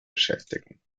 beschäftigen